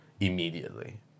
immediately